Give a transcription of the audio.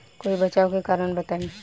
कोई बचाव के कारण बताई?